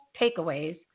takeaways